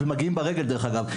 דרך אגב,